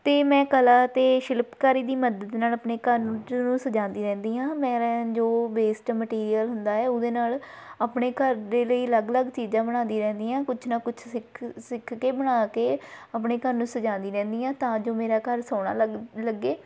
ਅਤੇ ਮੈਂ ਕਲਾ ਅਤੇ ਸ਼ਿਲਪਕਾਰੀ ਦੀ ਮਦਦ ਨਾਲ ਆਪਣੇ ਘਰ ਨੂੰ ਜ਼ਰੂਰ ਸਜਾਉਂਦੀ ਰਹਿੰਦੀ ਹਾਂ ਮੈਂ ਰ ਜੋ ਵੇਸਟ ਮਟੀਰੀਅਲ ਹੁੰਦਾ ਹੈ ਉਹਦੇ ਨਾਲ ਆਪਣੇ ਘਰ ਦੇ ਲਈ ਅਲੱਗ ਅਲੱਗ ਚੀਜ਼ਾਂ ਬਣਾਉਂਦੀ ਰਹਿੰਦੀ ਹਾਂ ਕੁਝ ਨਾ ਕੁਝ ਸਿੱਖ ਸਿੱਖ ਕੇ ਬਣਾ ਕੇ ਆਪਣੇ ਘਰ ਨੂੰ ਸਜਾਉਂਦੀ ਰਹਿੰਦੀ ਹਾਂ ਤਾਂ ਜੋ ਮੇਰਾ ਘਰ ਸੋਹਣਾ ਲ਼ ਲੱਗੇ